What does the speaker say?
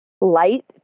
light